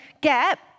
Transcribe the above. gap